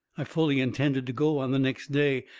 i fully intended to go on the next day,